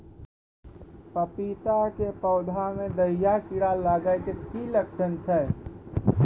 पपीता के पौधा मे दहिया कीड़ा लागे के की लक्छण छै?